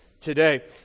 today